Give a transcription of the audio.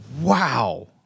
Wow